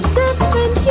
different